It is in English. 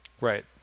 right